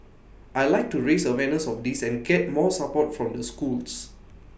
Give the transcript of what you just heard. I'd like to raise awareness of this and get more support from the schools